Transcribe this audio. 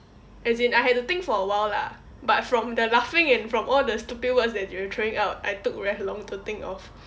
as in I had to think for a while lah but from the laughing and from all the stupid words that you are throwing out I took very long to think of